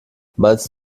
meinst